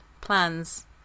plans